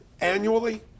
annually